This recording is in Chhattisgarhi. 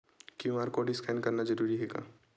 क्यू.आर कोर्ड स्कैन करना जरूरी हे का?